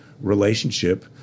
relationship